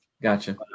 Gotcha